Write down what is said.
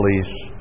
police